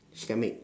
she can make